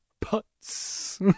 putts